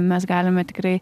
mes galime tikrai